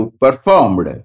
performed